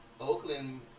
Oakland